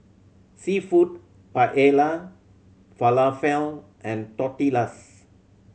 Seafood Paella Falafel and Tortillas